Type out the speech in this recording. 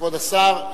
כבוד השר.